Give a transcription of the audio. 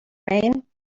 rain